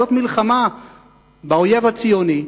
זאת מלחמה באויב הציוני.